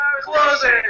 closing